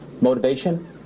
motivation